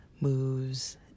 moves